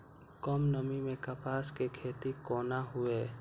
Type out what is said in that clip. कम नमी मैं कपास के खेती कोना हुऐ?